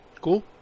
Cool